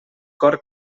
cor